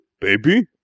Baby